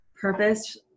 purpose